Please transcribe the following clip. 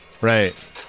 right